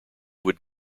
would